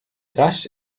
rasch